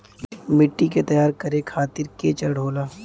मिट्टी के तैयार करें खातिर के चरण होला?